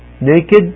naked